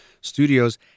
studios